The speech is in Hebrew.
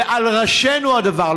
ועל ראשינו הדבר.